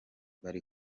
bari